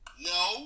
no